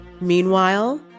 Meanwhile